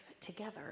together